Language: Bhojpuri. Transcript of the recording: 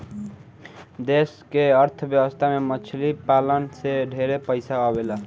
देश के अर्थ व्यवस्था में मछली पालन से ढेरे पइसा आवेला